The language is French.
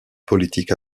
politique